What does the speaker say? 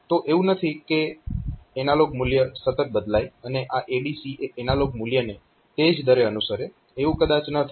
તો એવું નથી કે એનાલોગ મૂલ્ય સતત બદલાય અને આ ADC એ એનાલોગ મૂલ્યને તે જ દરે અનુસરે સમયનો સંદર્ભ લો 0927 એવું કદાચ ન થાય